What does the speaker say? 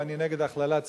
ואני נגד הכללת ציבורים,